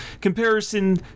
comparison